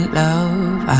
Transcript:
love